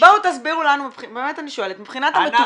בואו תסבירו לנו מבחינת המטופל.